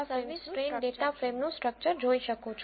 તમે service train data ફ્રેમનું structure જોઈ શકો છો